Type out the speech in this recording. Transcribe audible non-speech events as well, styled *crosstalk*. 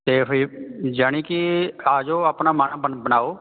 ਅਤੇ ਫਿਰ ਜਾਣੀ ਕਿ ਆ ਜੋ ਆਪਣਾ *unintelligible* ਮਨ ਬਣਾਓ